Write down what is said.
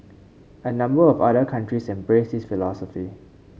a number of other countries embrace this philosophy